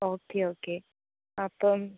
okay okay അപ്പം